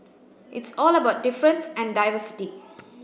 it's all about difference and diversity